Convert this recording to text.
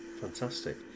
Fantastic